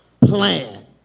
plan